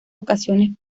ocasiones